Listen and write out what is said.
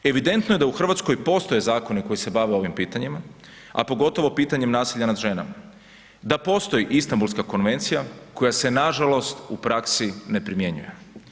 Evidentno je da u RH postoje zakoni koji se bave ovim pitanjima, a pogotovo pitanjem nasilja nad ženama, da postoji Istambulska konvencija koja se nažalost u praksi ne primjenjuje.